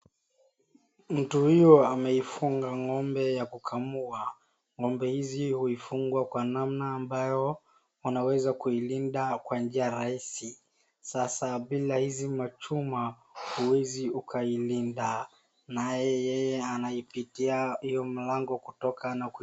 Mtu huyu ameifunga ng'ombe ya kukamua ng'ombe hizi huifunga Kwa namna ambayo wanaweza kuilinda Kwa njia rahisi sasa bila bila hizi machuma huwezi ukailinda naye yeye anaipitia hio mlango kutoka